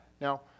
now